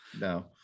no